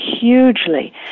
hugely